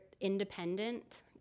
independent